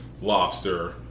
lobster